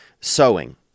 sewing